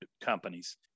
companies